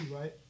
right